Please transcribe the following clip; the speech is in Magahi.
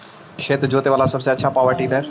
खेत जोते बाला सबसे आछा पॉवर टिलर?